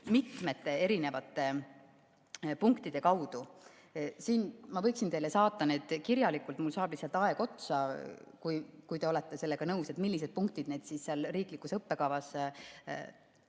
mitmete erinevate punktide kaudu. Ma võiksin teile saata need kirjalikult – mul saab lihtsalt aeg otsa –, kui te olete sellega nõus, et millised punktid seal riiklikus õppekavas